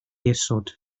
isod